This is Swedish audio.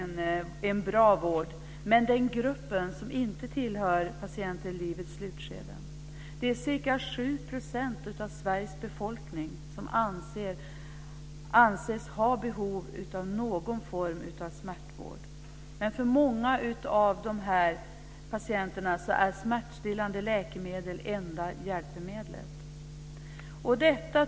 Men för många i den grupp som inte tillhör patienter i livets slutskede - ca 7 % av Sveriges befolkning anses ha behov av någon form av smärtvård - är smärtstillande läkemedel enda hjälpmedlet.